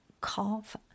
cough